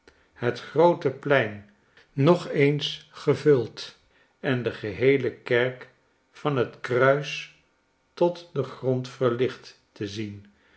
het groote plein nog eens gevuld en de geheele kerk van het kruis tot den grond verlicht te zien